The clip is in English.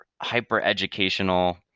hyper-educational